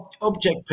object